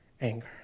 anger